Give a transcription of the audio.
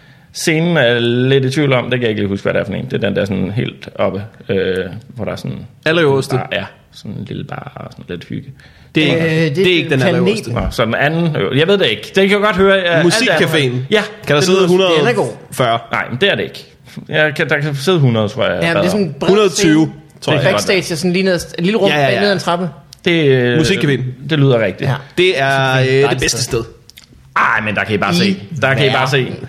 Scenen er lidt i tvivl om. Det kan jeg ikke lige huske, hvad det er for en. Det er den der sådan helt oppe, øh, hvor der er sådan- Allerøverste. Ja, sådan en lille bar og sådan lidt hygge. Det er Øh, ikke- det er det er ikke den allerøverste. Planeten. Nå, så den anden øver- Jeg ved det ikke. Det kan jeg godt høre, ja. Musikcaféen. Ja. Kan der Den sidde lyder- den er god. 140? Nej, men det er det ikke. Ja, kan- der kan sidde 100, tror jeg, Ja, men det er bedre. sådan en bred scene. 120, 120. tror jeg. Det kan godt være. Backstage er sådan lige ned- en lille rum Ja, ja, ja. ned ad en trappe. Det- Musikcaféen. det lyder rigtigt. Ja. Det er, øh, det Dejligt sted. bedste sted. Ej, men der kan I bare se. I- Der kan I bare Verden. se.